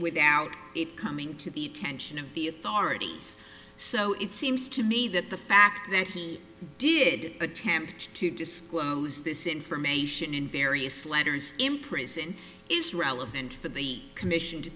without it coming to the attention of the authorities so it seems to me that the fact that he did attempt to disclose this information in various letters in prison is relevant for the commission to